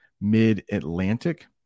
Mid-Atlantic